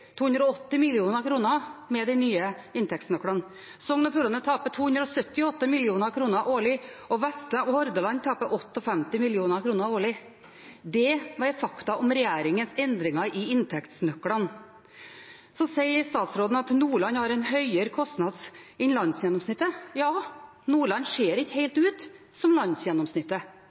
280 mill. kr med de nye inntektsnøklene. Sogn og Fjordane taper 278 mill. kr årlig, og Hordaland taper 58 mill. kr årlig. Det er fakta om regjeringens endringer i inntektsnøklene. Så sier statsministeren at Nordland har en høyere kostnad enn landsgjennomsnittet. Ja, Nordland ser ikke helt ut som landsgjennomsnittet.